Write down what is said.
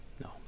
no